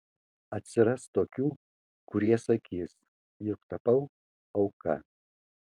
atsiras tokių kurie sakys jog tapau auka